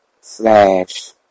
slash